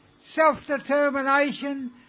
self-determination